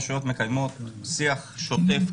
הרשויות מקיימות שיח שוטף,